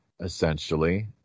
essentially